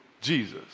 Jesus